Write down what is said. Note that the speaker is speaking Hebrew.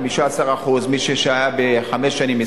15%; מי שהיה חמש שנים,